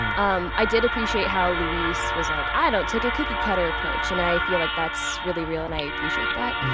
um i did appreciate how luis was like, i don't take a cookie-cutter approach. and i feel like that's really real and i appreciate that.